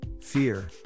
fear